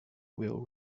will